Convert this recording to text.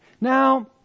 Now